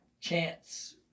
chance